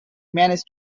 managed